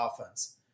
offense